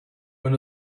earn